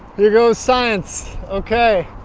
here goes science! okay.